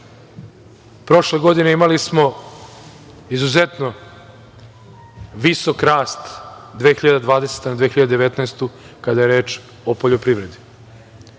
prošle godine imali smo izuzetno visok rast, 2020. na 2019. godinu, kada je reč o poljoprivredi.